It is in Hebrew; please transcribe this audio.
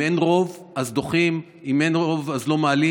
אם אין רוב, אז דוחים, אם אין רוב, אז לא מעלים.